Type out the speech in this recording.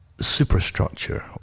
superstructure